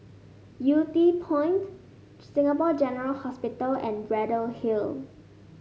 Yew Tee Point Singapore General Hospital and Braddell Hill